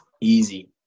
easy